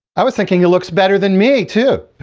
i was thinking he looks better than me too.